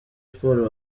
sports